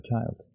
child